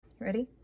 Ready